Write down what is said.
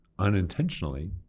unintentionally